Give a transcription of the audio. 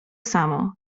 samo